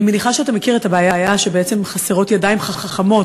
אני מניחה שאתה מכיר את הבעיה שבעצם חסרות ידיים חכמות,